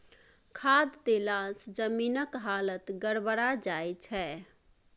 खाद देलासँ जमीनक हालत गड़बड़ा जाय छै